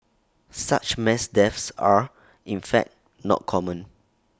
such mass deaths are in fact not common